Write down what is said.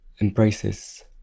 embraces